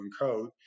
encode